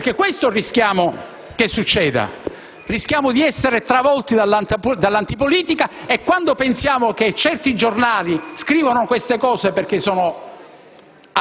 Questo, infatti rischiamo che succeda: rischiamo di essere travolti dall'antipolitica. E quando pensiamo che certi giornali scrivono queste cose perché sono